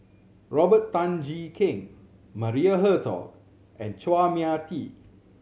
Robert Tan Jee Keng Maria Hertogh and Chua Mia Tee